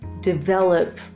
develop